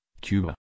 Cuba